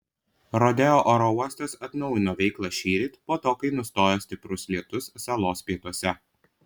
rodeo oro uostas atnaujino veiklą šįryt po to kai nustojo stiprus lietus salos pietuose